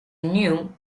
new